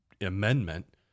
amendment